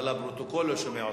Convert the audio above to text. אבל הפרוטוקול לא שומע אותך.